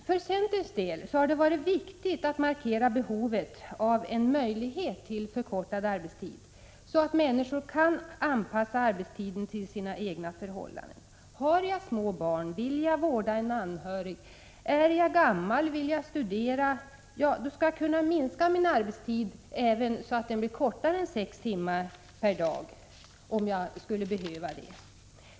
För centerns del har det varit viktigt att markera behovet av en möjlighet till förkortad arbetstid, så att människor kan anpassa arbetstiden till sina egna förhållanden. Har jag små barn, vill jag vårda en anhörig, är jag gammal, vill jag studera — ja, då skall jag kunna minska min arbetstid även så mycket att den blir kortare än sex timmar per dag.